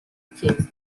chiese